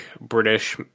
British